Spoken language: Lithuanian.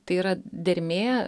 tai yra dermė